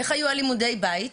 איך היו לימודי הבית.